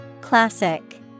Classic